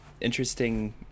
interesting